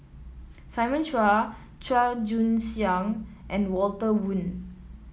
Simon Chua Chua Joon Siang and Walter Woon